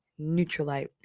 Neutralite